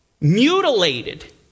mutilated